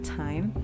time